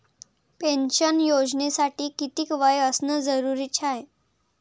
Pension योजनेसाठी कितीक वय असनं जरुरीच हाय?